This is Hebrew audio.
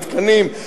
מתקנים,